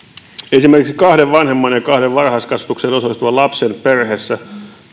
esimerkiksi kahden vanhemman ja kahden varhaiskasvatukseen osallistuvan lapsen perheelle